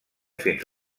fins